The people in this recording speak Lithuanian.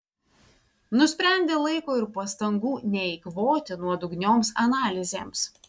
nusprendė laiko ir pastangų neeikvoti nuodugnioms analizėms